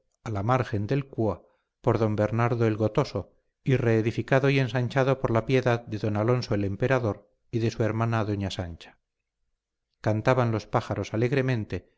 a la margen del cúa por don bernardo el gotoso y reedificado y ensanchado por la piedad de don alonso el emperador y de su hermana doña sancha cantaban los pájaros alegremente